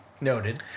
Noted